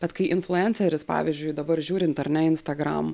bet kai influenceris pavyzdžiui dabar žiūrint ar ne instagram